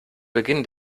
beginn